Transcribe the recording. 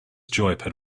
joypad